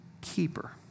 keeper